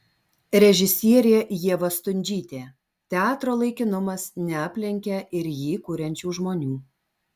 režisierė ieva stundžytė teatro laikinumas neaplenkia ir jį kuriančių žmonių